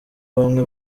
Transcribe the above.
bamwe